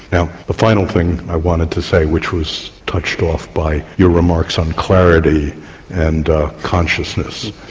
now a final thing i wanted to say which was touched off by your remarks on clarity and consciousness.